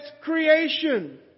creation